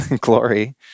glory